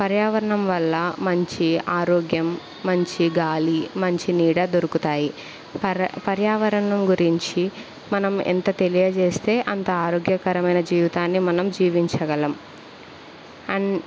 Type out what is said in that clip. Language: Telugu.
పర్యావరణం వల్ల మంచి ఆరోగ్యం మంచి గాలి మంచి నీడ దొరుకుతాయి పర్ పర్యావరణం గురించి మనం ఎంత తెలియజేస్తే అంత ఆరోగ్యకరమైన జీవితాన్ని మనం జీవించగలం అండ్